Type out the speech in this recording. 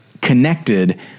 connected